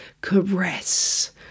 Caress